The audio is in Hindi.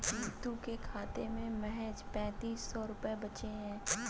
जीतू के खाते में महज पैंतीस सौ रुपए बचे हैं